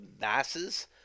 masses